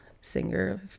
singer